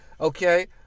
okay